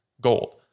gold